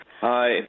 Hi